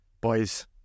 boys